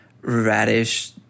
radish